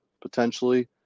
potentially